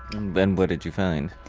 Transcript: and then what did you find?